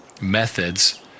methods